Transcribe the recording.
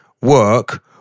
work